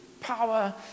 power